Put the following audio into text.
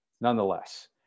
Nonetheless